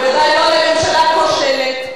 ובוודאי לא לממשלה כושלת,